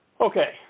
Okay